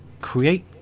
create